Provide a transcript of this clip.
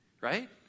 Right